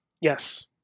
Yes